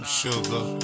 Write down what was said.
sugar